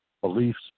beliefs